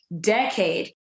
decade